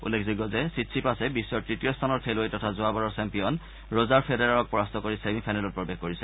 উল্লেখযোগ্য যে চিটচিপাছে বিশ্বৰ তৃতীয় স্থানৰ খেলুৱৈ তথা যোৱা বাৰৰ চেম্পিয়ন ৰজাৰ ফেডেৰাৰক পৰাস্ত কৰি ছেমি ফাইনেলত প্ৰৱেশ কৰিছে